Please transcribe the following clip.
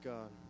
God